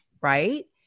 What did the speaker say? Right